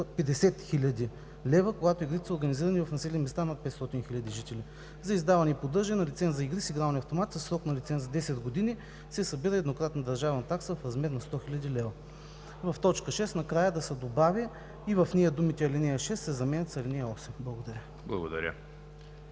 50 хил. лв., когато игрите са организирани в населени места над 500 хил. жители. За издаване и поддържане на лиценз за игри с игрални автомати със срок на лиценза 10 години се събира еднократна държавна такса в размер на 100 хил. лв.“ В т. 6 накрая да се добавят думите: „ал.6 се заменя с ал. 8“. Благодаря.